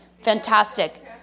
fantastic